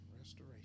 restoration